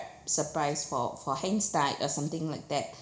surprise for for hens night or something like that